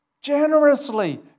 generously